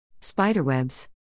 spiderwebs